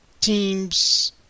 teams